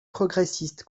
progressiste